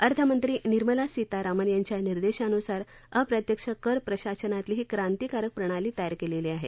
अर्थमंत्री निर्मल सीतारामन यांच्या निर्देशानुसार अप्रत्यक्ष कर प्रशासनातली ही क्रांतीकारक प्रणाली तयार केलेली आहे